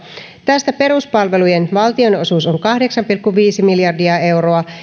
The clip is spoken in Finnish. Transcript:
tästä peruspalvelujen valtionosuus on kahdeksan pilkku viisi miljardia euroa